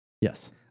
Yes